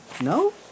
No